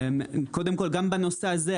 קודם כל גם בנושא הזה,